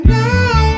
now